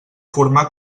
formar